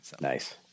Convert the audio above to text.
Nice